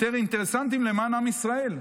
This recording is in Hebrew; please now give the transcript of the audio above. יותר אינטרסנטיים למען עם ישראל,